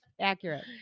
Accurate